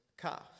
calf